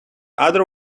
other